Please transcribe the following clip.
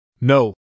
No